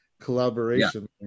collaboration